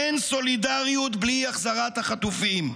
אין סולידריות בלי החזרת החטופים,